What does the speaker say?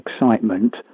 excitement